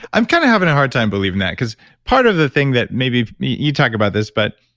i'm kind of having a hard time believing that because part of the thing that maybe, you talk about this but,